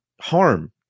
harm